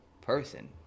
person